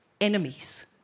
enemies